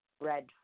red